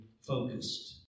focused